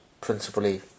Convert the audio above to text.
principally